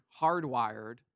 hardwired